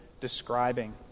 describing